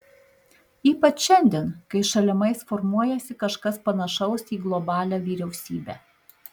ypač šiandien kai šalimais formuojasi kažkas panašaus į globalią vyriausybę